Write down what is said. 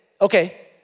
okay